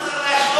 למה צריך להשוות?